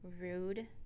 rude